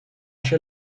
sche